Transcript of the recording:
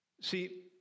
See